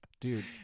Dude